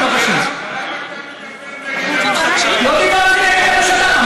למה אתה מדבר נגד הממשלה?